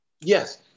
Yes